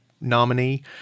nominee